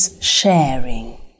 sharing